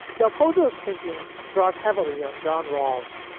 del pozo is thinking draws heavily on john rawls,